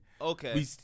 Okay